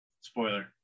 spoiler